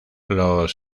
los